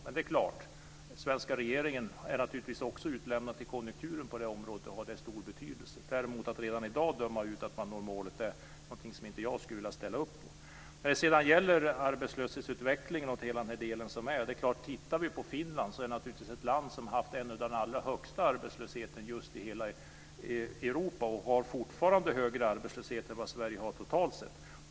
Den svenska regeringen är naturligtvis också utlämnad till konjunkturen på det här området. Det har stor betydelse. Men att redan i dag döma ut att man kan nå målet är inget jag skulle vilja ställa upp på. Finland är ett av de länder som har haft den allra högsta arbetslösheten i hela Europa, och har fortfarande högre arbetslöshet än vad Sverige har totalt sett.